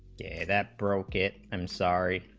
that broke it i'm sorry